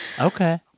Okay